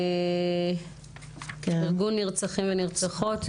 ארגון נרצחים ונרצחות.